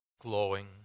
glowing